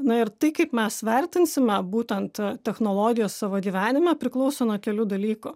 na ir tai kaip mes vertinsime būtent technologijas savo gyvenime priklauso nuo kelių dalykų